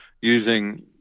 using